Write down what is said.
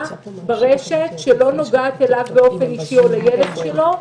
ברשת שלא נוגעת אליו באופן אישי או לילד שלו,